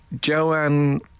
Joanne